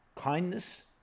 kindness